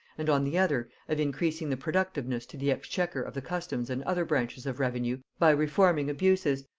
and on the other, of increasing the productiveness to the exchequer of the customs and other branches of revenue, by reforming abuses,